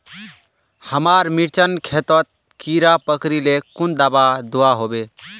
हमार मिर्चन खेतोत कीड़ा पकरिले कुन दाबा दुआहोबे?